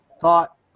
thought